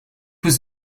was